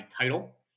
title